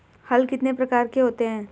हल कितने प्रकार के होते हैं?